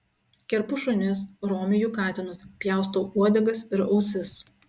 kerpu šunis romiju katinus pjaustau uodegas ir ausis